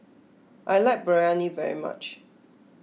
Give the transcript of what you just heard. I like Biryani very much